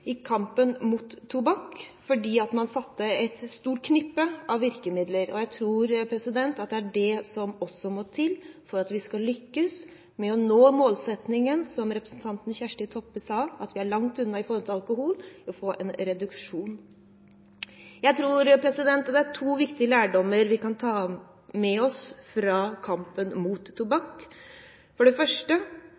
i kampen mot tobakk fordi man hadde et stort knippe virkemidler. Jeg tror også det er det som må til for at vi skal lykkes med å nå målsettingen her. Vi er, som representanten Kjersti Toppe sa, langt unna en reduksjon når det gjelder alkohol. Jeg tror det er to viktige lærdommer vi kan ta med oss fra kampen mot